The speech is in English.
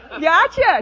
Gotcha